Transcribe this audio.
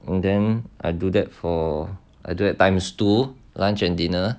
and then I do that for times two lunch and dinner